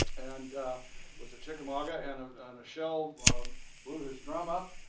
and was at chickamauga and a shell blew ihs drum up.